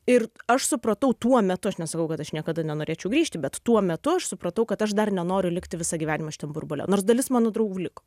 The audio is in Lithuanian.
ir aš supratau tuo metu aš nesakau kad aš niekada nenorėčiau grįžti bet tuo metu aš supratau kad aš dar nenoriu likti visą gyvenimą šitam burbule nors dalis mano draugų liko